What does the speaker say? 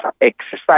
exercise